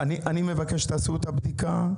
אני מבקש שתעשו את הבדיקה.